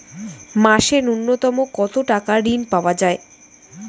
মাসে নূন্যতম কত টাকা ঋণ পাওয়া য়ায়?